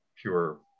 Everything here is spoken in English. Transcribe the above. pure